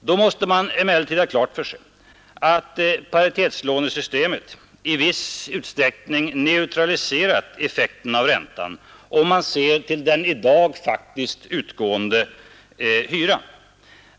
Då måste man emellertid ha klart för sig att paritetslånesystemet i viss utsträckning neutraliserat effekten av räntan, om man ser till den i dag faktiskt utgående hyran.